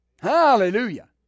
Hallelujah